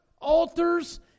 altars